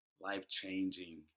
life-changing